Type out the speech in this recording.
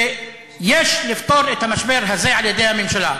ויש לפתור את המשבר הזה על-ידי הממשלה.